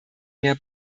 mehr